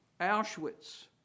Auschwitz